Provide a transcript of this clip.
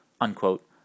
unquote